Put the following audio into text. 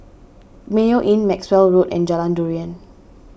Mayo Inn Maxwell Road and Jalan Durian